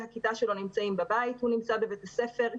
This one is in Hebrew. הכיתה שלו נמצאים בבית והוא נמצא בבית הספר,